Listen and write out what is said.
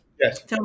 Yes